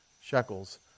shekels